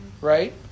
right